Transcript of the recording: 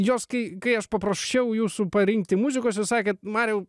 jos kai kai aš paprašiau jūsų parinkti muzikos jūs sakėt mariau